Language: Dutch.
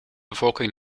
bevolking